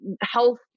health